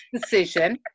decision